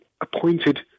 appointed